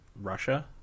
Russia